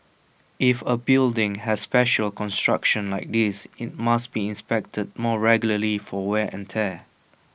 if A building has special construction like this IT must be inspected more regularly for wear and tear